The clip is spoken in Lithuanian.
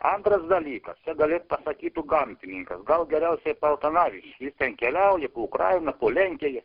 antras dalykas čia galėt pasakytų gamtinykas gal geriausiai paltanavičius jis ten keliauja po ukrainą po lenkiją